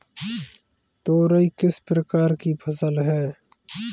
तोरई किस प्रकार की फसल है?